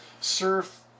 surf